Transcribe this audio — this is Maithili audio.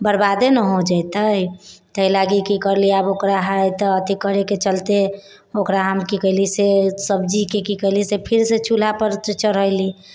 बर्बादे नहि हो जेतै ताहि लागी कि करलिए आब ओकरा हइ तऽ अथी करैके चलते ओकरा हम की कएली से सब्जीके की कएली से फेरसँ चूल्हापर चढ़ैली